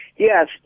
Yes